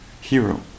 hero